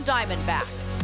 Diamondbacks